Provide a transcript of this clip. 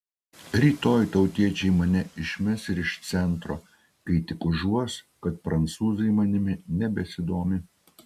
rytoj tautiečiai mane išmes ir iš centro kai tik užuos kad prancūzai manimi nebesidomi